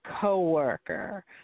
coworker